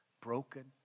Broken